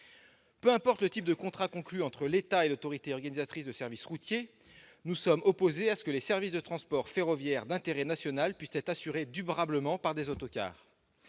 Peu importe le type de contrat conclu entre l'État et l'autorité organisatrice des services de transport routier : nous sommes opposés à ce que les services de transport ferroviaire d'intérêt national puissent être assurés durablement par des autocars.